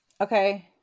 okay